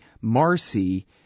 Marcy